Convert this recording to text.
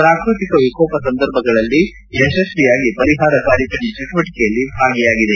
ಪ್ರಾಕೃತಿಕ ವಿಕೋಪ ಸಂದರ್ಭಗಳಲ್ಲಿ ಯಶಸ್ವಿಯಾಗಿ ಪರಿಹಾರ ಕಾರ್ಯಾಚರಣೆ ಚಟುವಟಿಕೆಗಳಲ್ಲಿ ಭಾಗಿಯಾಗಿದೆ